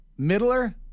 Middler